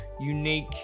unique